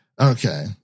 Okay